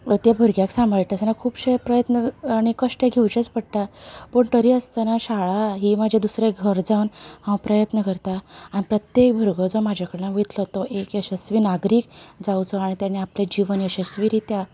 त्या भुरग्यांक सांबाळटा आसतना खुबशें प्रयत्न आनी कश्ट घेवचेच पडटा पूण तरी आसतना शाळा ही म्हाजे दुसरें घर जावन हांव प्रयत्न करता हांव प्रत्येक भुरगो जो म्हाज्या कडल्यान वयतलो एक यशस्वी नागरीक जांवचो आनी ताणे आपले जीवन यशस्वी रितीन